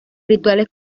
rituales